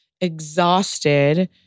exhausted